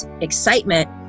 excitement